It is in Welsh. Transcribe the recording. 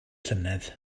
llynedd